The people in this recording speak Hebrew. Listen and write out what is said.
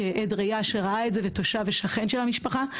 כעד ראייה שראה את זה ותושב ושכן של המשפחה.